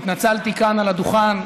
התנצלתי כאן על הדוכן,